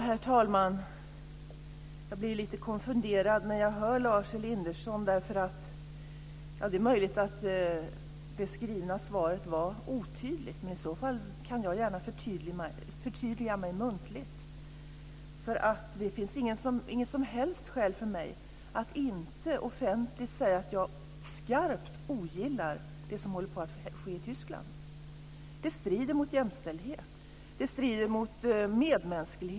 Herr talman! Jag blir lite konfunderad när jag hör Lars Elinderson. Det är möjligt att det skrivna svaret var otydligt. Men i så fall kan jag gärna förtydliga mig muntligt. Det finns nämligen inget som helst skäl för mig att inte offentligt säga att jag skarpt ogillar det som håller på att ske i Tyskland. Det strider mot jämställdhet. Det strider mot medmänsklighet.